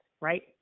right